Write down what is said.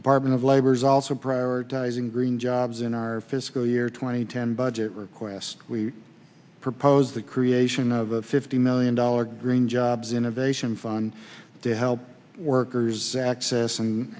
department of labor is also prioritizing green jobs in our fiscal year two twenty ten budget request we proposed the creation of a fifty million dollar green jobs innovation fund to help workers access and